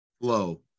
flow